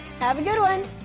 have a good one.